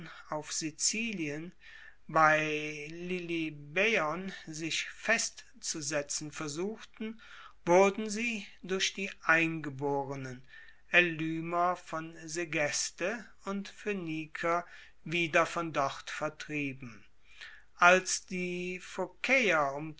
auf sizilien bei lilybaeon sich festzusetzen versuchten wurden sie durch die eingeborenen elymer von segeste und phoeniker wieder von dort vertrieben als die phokaeer um